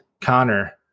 Connor